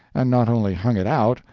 and not only hung it out,